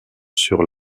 sur